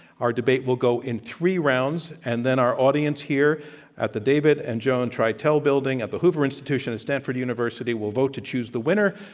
our debate will go in three rounds and then our audience here at the david and john traitel building at the hoover institution at stanford university will vote to choose the winner.